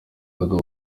bagabo